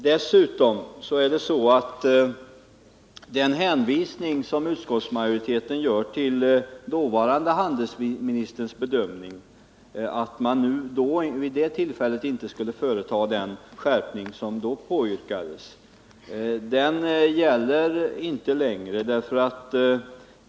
Dessutom gäller inte längre den hänvisning som utskottsmajoriteten gör till förre handelsministern Kjell-Olof Feldts bedömning att man i samband med behandlingen av propositionen 1975/76:34 inte skulle företa den skärpning som då påyrkades.